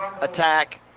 attack